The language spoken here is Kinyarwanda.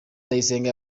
ndayisenga